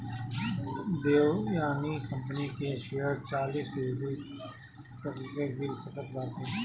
Devyani company के share चालीस फीसदी तकले गिर सकत बाटे